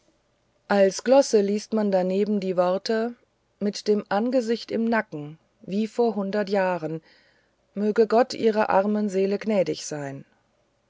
als glosse liest man daneben die worte mit dem angesicht im nacken wie vor hundert jahren gott möge ihren armen seelen gnädig sein